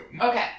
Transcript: Okay